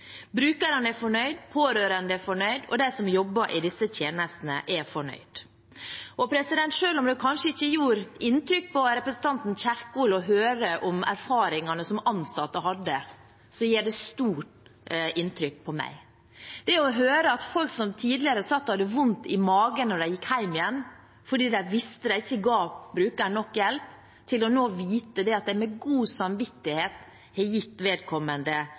Brukerne er fornøyde, de pårørende er fornøyde, og de som jobber i disse tjenestene, er fornøyde. Og selv om det kanskje ikke gjorde inntrykk på representanten Kjerkol å høre om de erfaringene ansatte hadde, gjør det stort inntrykk på meg. Det å høre at folk som tidligere satt og hadde vondt i magen når de gikk hjem, fordi de visste de ikke ga brukerne nok hjelp, nå vet at de med god samvittighet har gitt vedkommende